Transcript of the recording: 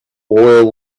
oil